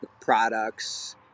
products